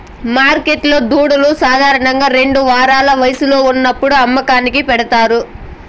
మార్కెట్లో దూడలు సాధారణంగా రెండు వారాల వయస్సులో ఉన్నప్పుడు అమ్మకానికి పెడతారు